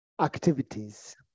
activities